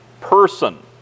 person